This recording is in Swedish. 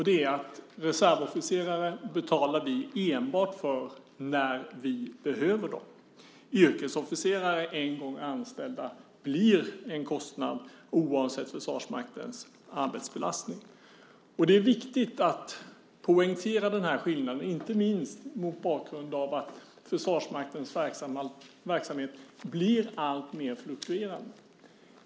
Det är att reservofficerare betalar vi enbart för när vi behöver dem. En gång anställda yrkesofficerare blir en kostnad oavsett Försvarsmaktens arbetsbelastning. Det är viktigt att poängtera den här skillnaden, inte minst mot bakgrund av att Försvarsmaktens verksamhet blir alltmer fluktuerande.